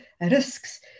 risks